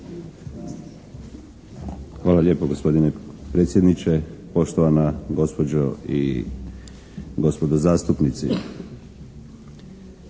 Hvala lijepo gospodine predsjedniče, poštovana gospođo i gospodo zastupnici.